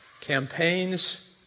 campaigns